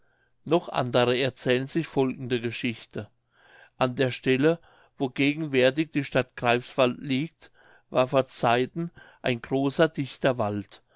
noch andere erzählen sich folgende geschichte an der stelle wo gegenwärtig die stadt greifswald liegt war vor zeiten ein großer dichter wald